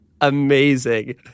Amazing